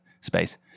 space